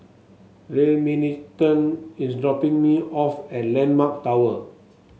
Remington is dropping me off at landmark Tower